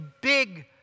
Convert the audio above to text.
big